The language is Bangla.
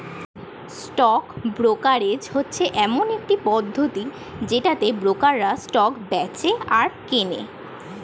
স্টক ব্রোকারেজ হচ্ছে এমন একটা পদ্ধতি যেটাতে ব্রোকাররা স্টক বেঁচে আর কেনে